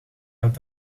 dat